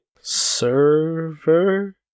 Server